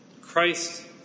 Christ